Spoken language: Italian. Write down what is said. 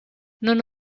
non